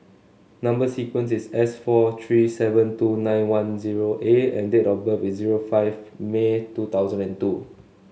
number sequence is S four three seven two nine one zero A and date of birth is zero five May two thousand and two